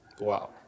Wow